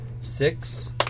six